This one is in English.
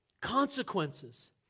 consequences